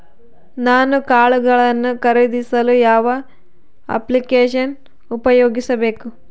ನಾನು ಕಾಳುಗಳನ್ನು ಖರೇದಿಸಲು ಯಾವ ಅಪ್ಲಿಕೇಶನ್ ಉಪಯೋಗಿಸಬೇಕು?